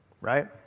right